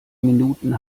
minuten